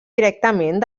directament